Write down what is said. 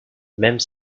même